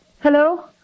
Hello